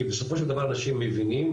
כי בסופו של דבר אנשים מבינים,